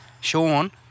Sean